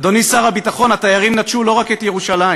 אדוני שר הביטחון, התיירים נטשו לא רק את ירושלים,